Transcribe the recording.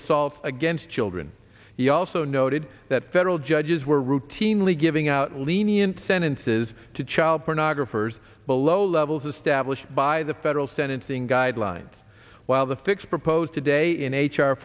assaults against children he also noted that federal judges were routinely giving out lenient sentences to child pornographers below levels established by the federal sentencing guidelines while the fix proposed today in h